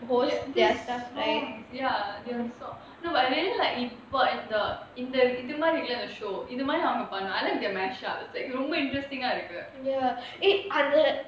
ya their songs ya their so~ no but I really like இப்போ இந்த இது மாதிரி இல்ல:ippo intha maathiri illa show இது மாதிரி நாம பண்ணனும்:ithu maathiri naama pannanum I like their mash ups like ரொம்ப:romba interesting ah இருக்கு:irukku